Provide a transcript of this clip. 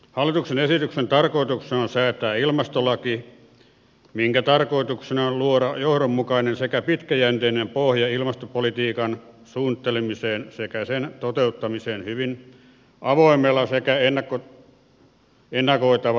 hallituksen esityksen tarkoituksena on säätää ilmastolaki minkä tarkoituksena on luoda johdonmukainen sekä pitkäjänteinen pohja ilmastopolitiikan suunnittelemiseen sekä sen toteuttamiseen hyvin avoimella sekä ennakoitavalla tavalla